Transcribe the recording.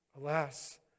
Alas